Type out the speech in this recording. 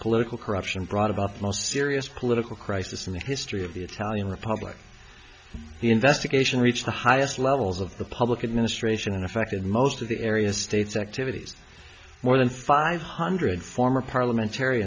political corruption brought about the most serious political crisis in the history of the italian republic the investigation reached the highest levels of the public administration in effect in most of the areas states activities more than five hundred former